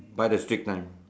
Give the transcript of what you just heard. buy the stick nine